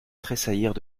tressaillirent